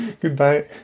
Goodbye